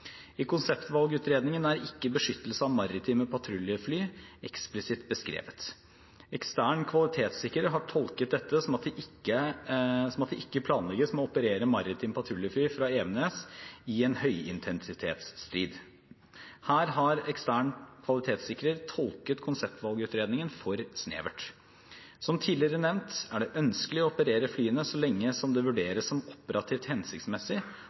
I konseptvalgutredningen er ikke beskyttelse av maritime patruljefly eksplisitt beskrevet. Ekstern kvalitetssikrer har tolket dette som at det ikke planlegges med å operere maritime patruljefly fra Evenes i en høyintensitetsstrid. Her har ekstern kvalitetssikrer tolket konseptvalgutredningen for snevert. Som tidligere nevnt er det ønskelig å operere flyene så lenge som det vurderes som operativt hensiktsmessig,